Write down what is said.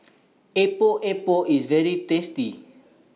Epok Epok IS very tasty